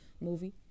movie